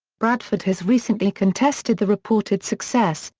bradford has recently contested the reported success,